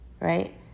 right